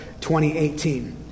2018